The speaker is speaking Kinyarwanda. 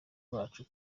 bacu